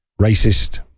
racist